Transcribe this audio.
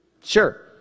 Sure